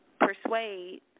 persuade